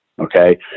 Okay